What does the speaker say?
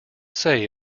say